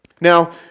Now